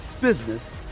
business